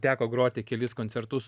teko groti kelis koncertus